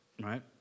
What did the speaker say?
right